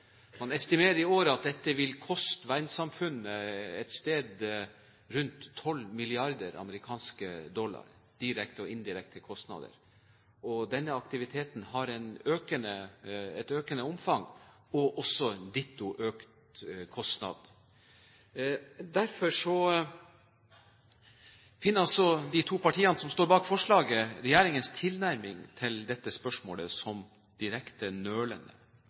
Man estimerer i år at dette vil koste verdenssamfunnet et sted rundt 12 mrd. amerikanske dollar – i direkte og indirekte kostnader. Denne aktiviteten har et økende omfang, og også en ditto økt kostnad. Derfor finner de to partiene som står bak forslaget, regjeringens tilnærming til dette spørsmålet direkte nølende.